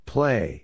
Play